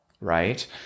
Right